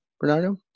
Bernardo